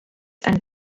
and